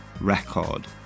record